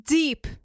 deep